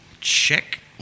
Check